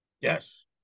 Yes